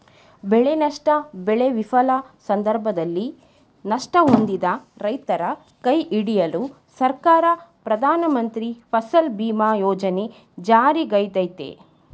ಬೆಳೆನಷ್ಟ ಬೆಳೆ ವಿಫಲ ಸಂದರ್ಭದಲ್ಲಿ ನಷ್ಟ ಹೊಂದಿದ ರೈತರ ಕೈಹಿಡಿಯಲು ಸರ್ಕಾರ ಪ್ರಧಾನಮಂತ್ರಿ ಫಸಲ್ ಬಿಮಾ ಯೋಜನೆ ಜಾರಿಗ್ತಂದಯ್ತೆ